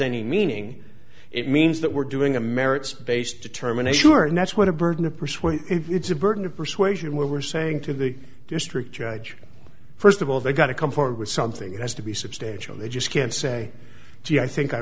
any meaning it means that we're doing a merits based determine a sure and that's what a burden to persuade it's a burden of persuasion where we're saying to the district judge first of all they've got to come forward with something it has to be substantial they just can't say gee i think i